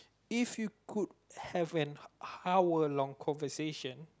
if you could have an hour long conversation